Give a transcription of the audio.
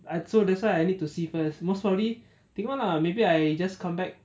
ah I so that's why I need to see first most probably tengok lah most probably I just comeback